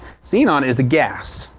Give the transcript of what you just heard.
xenon is a gas.